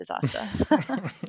disaster